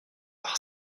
par